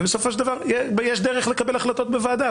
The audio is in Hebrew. ובסופו של דבר יש דרך לקבל החלטות בוועדה,